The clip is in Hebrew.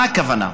מה הכוונה?